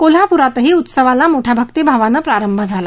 कोल्हापुरातही उत्सवाला मोठ्या भक्तिभावानं प्रारंभ झाला